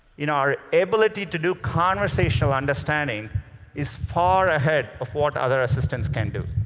in our ability to do conversational understanding is far ahead of what other assistants can do.